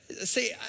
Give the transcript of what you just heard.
See